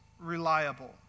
reliable